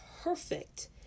perfect